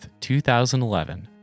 2011